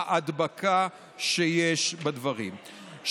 ההדבקה שיש בדברים.